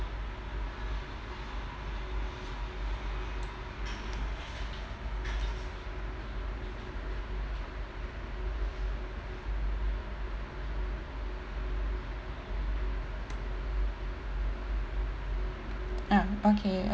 um okay